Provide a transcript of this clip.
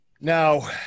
Now